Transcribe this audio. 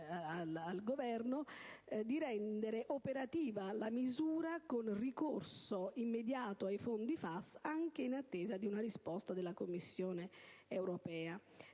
al Governo di rendere operativa la misura con ricorso immediato ai fondi FAS, anche in attesa di una risposta della Commissione europea.